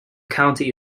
county